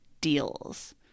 deals